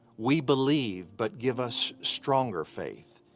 we believe, but give us stronger faith.